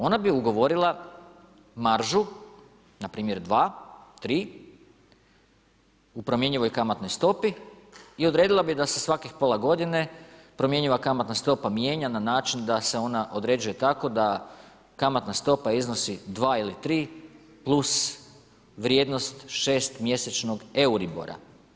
Ona bi ugovorila maržu, npr. 2, 3 u promjenjivoj kamatnoj stopi i odredila bi da se svakih pola godine, primjenjiva kamatna stopa mijenja na način da se ona određuje tako, da kamatna stopa iznosi 2 ili 3 plus vrijednost šest mjesečnog euribora.